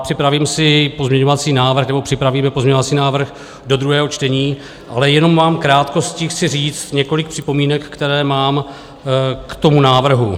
Připravím si pozměňovací návrh nebo připravíme pozměňovací návrh do druhého čtení, ale jenom vám v krátkosti chci říct několik připomínek, které mám k tomu návrhu.